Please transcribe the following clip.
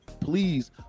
Please